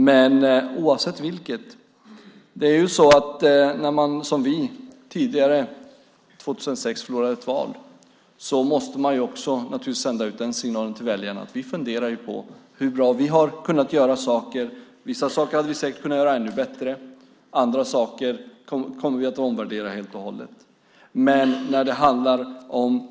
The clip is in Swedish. Men oavsett vilket: När man - som vi år 2006 gjorde - förlorar ett val måste man naturligtvis sända ut en signal till väljarna om att vi funderar på hur bra vi har kunnat göra saker. Vissa saker hade vi säkert kunnat göra ännu bättre. Andra saker kommer vi att helt och hållet omvärdera.